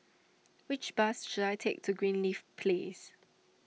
which bus should I take to Greenleaf Place